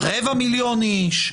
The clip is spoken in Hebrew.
רבע מיליון איש,